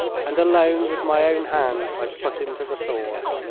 and alone with my own hand i put him to the sword.